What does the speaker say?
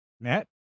Matt